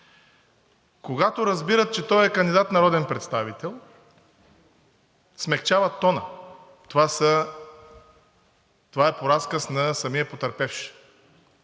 Когато разбират, че той е кандидат за народен представител, смекчават тона. Това е по разказ на самия потърпевш.